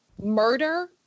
murder